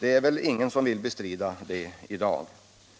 Det vill väl ingen bestrida i dag.